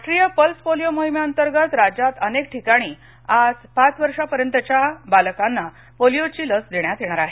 चि राष्ट्रीय pulse polio मोहीमे अंतर्गत राज्यात अनेक ठिकाणी आज पाच वर्षापर्यंत वयाच्या बालकांना पोलियोची लस देण्यात येणार आहे